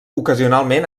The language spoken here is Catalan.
ocasionalment